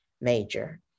major